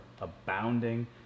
abounding